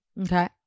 Okay